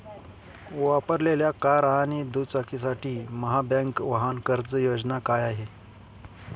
वापरलेल्या कार आणि दुचाकीसाठी महाबँक वाहन कर्ज योजना काय आहे?